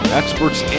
experts